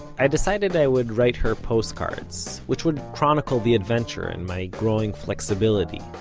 i decided i would write her postcards, which would chronicle the adventure and my growing flexibility.